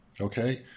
Okay